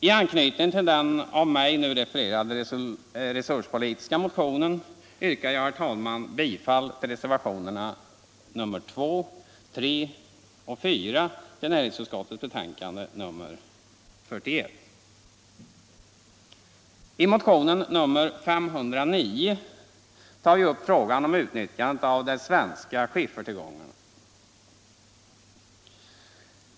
I anknytning till den av mig nu refererade resurspolitiska motionen yrkar jag, herr talman, bifall till reservationerna 2, 3 och 4 vid näringsutskottets betänkande nr 41. I motionen 509 tar vi upp frågan om utnyttjande av de svenska skiffertillgångarna.